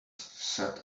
set